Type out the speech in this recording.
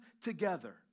together